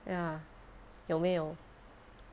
ya 有没有